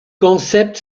concept